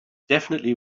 definitely